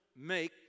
make